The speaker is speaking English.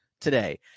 today